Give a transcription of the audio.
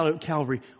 Calvary